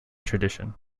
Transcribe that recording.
tradition